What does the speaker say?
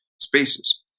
spaces